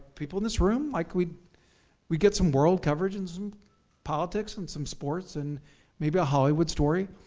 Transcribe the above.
people in this room, like we'd we'd get some world coverage and some politics and some sports and maybe a hollywood story.